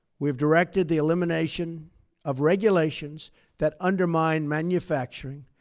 we've directed the elimination of regulations that undermine manufacturing,